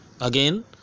Again